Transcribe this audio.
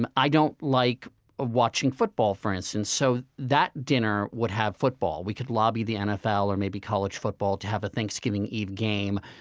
and i don't like watching football, for instance, so that dinner would have football. we could lobby the nfl or maybe college football to have a thanksgiving eve game.